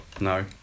No